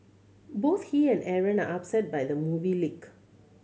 both he and Aaron are upset by the movie leak